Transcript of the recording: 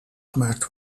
gemaakt